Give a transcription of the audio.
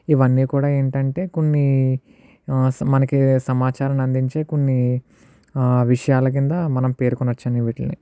ఇవన్నీ కూడా ఏంటంటే కొన్ని మనకి సమాచారం అందించే కొన్ని విషయాల కింద మనం పేర్కొన వచ్చండి వీటిని